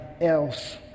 else